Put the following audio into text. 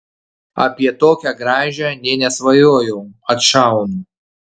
apie tokią gražią nė nesvajojau atšaunu